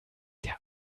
der